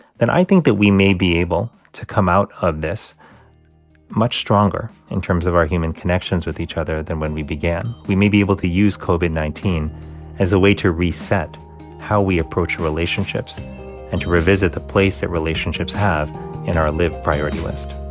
then i think that we may be able to come out of this much stronger, in terms of our human connections with each other, than when we began. we may be able to use covid nineteen as a way to reset how we approach relationships and to revisit the place that relationships have in our lived priority list